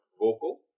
vocal